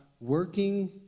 working